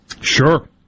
Sure